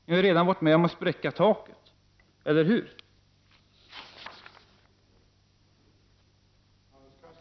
Ni har redan varit med om att spräcka taket, eller hur?